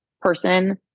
person